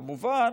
כמובן,